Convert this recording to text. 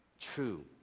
True